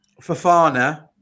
Fafana